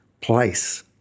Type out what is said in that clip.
place